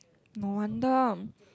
no wonder